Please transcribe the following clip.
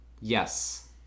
yes